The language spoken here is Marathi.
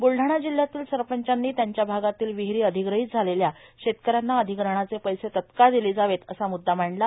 ब्लडाणा जिल्ह्यातील सरपंचांनी त्यांच्या भागातील विहिरी अधिग्रहित झालेल्या शेतकऱ्यांना अधिग्रहणाचे पैसे तत्काळ दिले जावेत असा मृद्दा मांडला